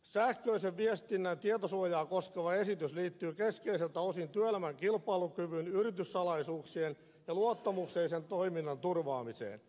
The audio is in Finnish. sähköisen viestinnän tietosuojaa koskeva esitys liittyy keskeisiltä osin työelämän kilpailukyvyn yrityssalaisuuksien ja luottamuksellisen toiminnan turvaamiseen